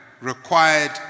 required